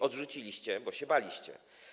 Odrzuciliście, bo się baliście.